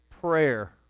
prayer